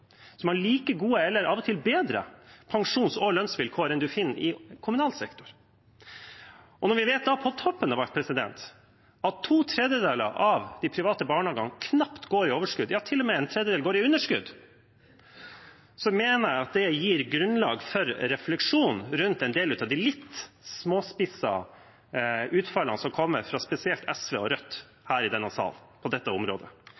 som har pensjons- og lønnsvilkår som er like gode som – eller av og til bedre enn – dem man finner i kommunal sektor. Og når vi vet, på toppen av alt, at to tredjedeler av de private barnehagene knapt går i overskudd – ja, en tredjedel går til og med i underskudd – mener jeg at det gir grunnlag for refleksjon rundt en del av de litt småspissede utfallene som kommer fra spesielt SV og Rødt her i denne salen på dette området.